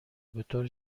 بطور